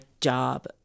job